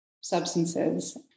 substances